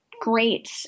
great